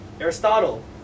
Aristotle